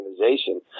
organization